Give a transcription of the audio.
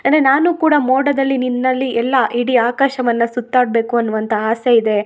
ಅಂದರೆ ನಾನು ಕೂಡ ಮೋಡದಲ್ಲಿ ನಿನ್ನಲ್ಲಿ ಎಲ್ಲ ಇಡೀ ಆಕಾಶವನ್ನು ಸುತ್ತಾಡ್ಬೇಕು ಅನ್ನುವಂಥ ಆಸೆ ಇದೆ